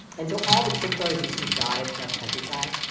and so all the trig pillars you see dotted throughout the countryside,